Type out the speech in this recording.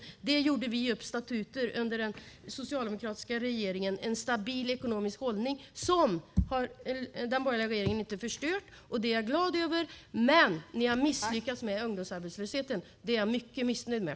Under den socialdemokratiska regeringens tid gjorde vi upp statuter om en stabil ekonomisk hållning som den borgerliga regeringen inte har förstört, vilket jag är glad över. Men ni har misslyckats med ungdomsarbetslösheten. Det är jag mycket missnöjd med.